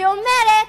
והיא אומרת: